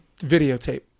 videotape